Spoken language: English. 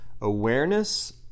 Awareness